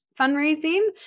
fundraising